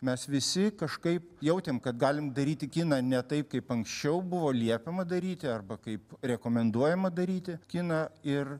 mes visi kažkaip jautėm kad galim daryti kiną ne taip kaip anksčiau buvo liepiama daryti arba kaip rekomenduojama daryti kiną ir